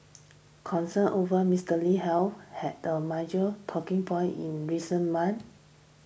concerns over Mister Lee's health had a major talking point in recent months